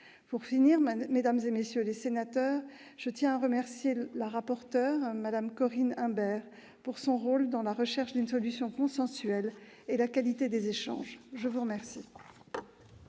Pour finir, mesdames, messieurs les sénateurs, je tiens à remercier Mme la rapporteur Corinne Imbert pour son rôle dans la recherche d'une solution consensuelle et la qualité des échanges. La parole